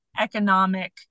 economic